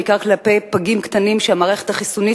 בעיקר כלפי פגים קטנים שהמערכת החיסונית